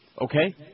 Okay